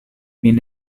min